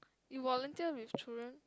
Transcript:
it volunteer with children